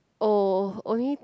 oh only